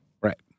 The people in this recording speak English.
Right